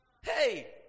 Hey